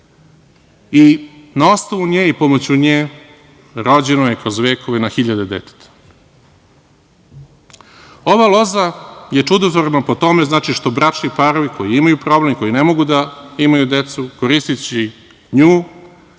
i na osnovu nje i pomoću nje rođeno je kroz vekove na hiljade deteta. Ova loza je čudotvorna po tome što bračni parovi koji imaju problem i koji ne mogu da imaju decu, koristeći nju